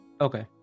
Okay